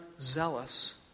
zealous